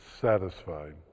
satisfied